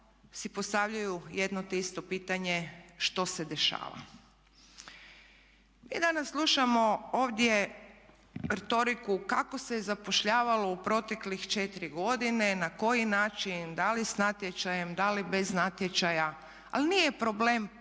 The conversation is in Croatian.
si postavljaju jedno te isto pitanje što se dešava? Mi danas slušamo ovdje retoriku kako se zapošljavalo u proteklih 4 godine, na koji način, da li s natječajem, da li bez natječaja ali nije problem